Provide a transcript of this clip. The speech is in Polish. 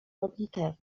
modlitewny